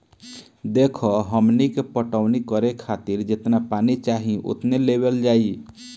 देखऽ हमनी के पटवनी करे खातिर जेतना पानी चाही ओतने लेवल जाई